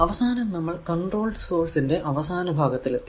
അവസാനം നമ്മൾ controlled source ന്റെ അവസാന ഭാഗത്തിൽ എത്തി